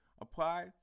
Apply